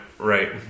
Right